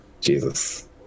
Jesus